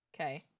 okay